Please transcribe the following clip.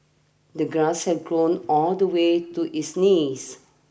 the grass had grown all the way to his knees